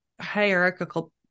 hierarchical